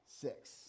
Six